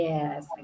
Yes